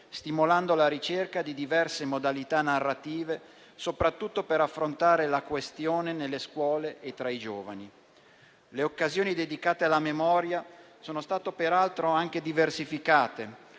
stimolando la ricerca di diverse modalità narrative, soprattutto per affrontare la questione nelle scuole e tra i giovani. Le occasioni dedicate alla memoria sono state peraltro anche diversificate: